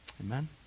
Amen